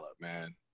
man